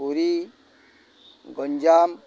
Puri Ganjam